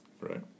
right